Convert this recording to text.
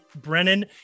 Brennan